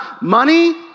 money